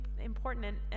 important